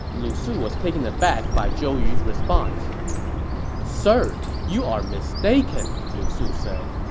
lu su was taken aback by zhou yu's response sir, you are mistaken, lu su said.